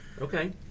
Okay